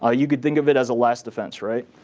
ah you could think of it as a last defense, right?